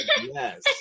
Yes